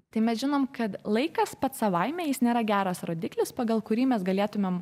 tai mes žinom kad laikas pats savaime jis nėra geras rodiklis pagal kurį mes galėtumėm